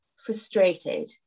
frustrated